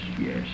yes